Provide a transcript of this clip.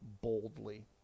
boldly